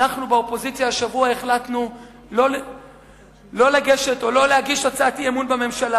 אנחנו באופוזיציה השבוע החלטנו שלא להגיש הצעת אי-אמון בממשלה,